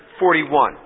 41